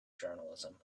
journalism